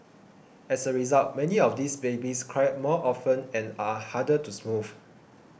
as a result many of these babies cry more often and are harder to soothe